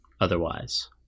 otherwise